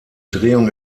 drehung